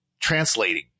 translating